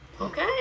Okay